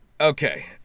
Okay